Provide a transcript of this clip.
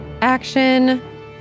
action